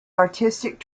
artistic